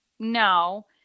no